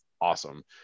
awesome